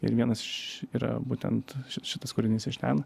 ir vienas iš yra būtent šitas kūrinys iš ten